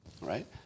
right